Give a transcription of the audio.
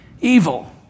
evil